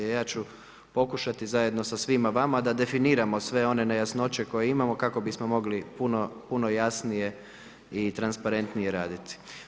Ja ću pokušati zajedno sa svima vama da definiramo sve one nejasnoće koje imamo, kako bismo mogli puno jasnije i transparentnije raditi.